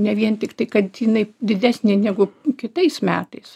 ne vien tiktai kad jinai didesnė negu kitais metais